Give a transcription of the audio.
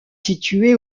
situés